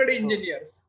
engineers